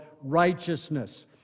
righteousness